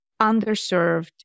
underserved